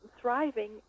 thriving